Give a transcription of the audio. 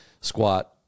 squat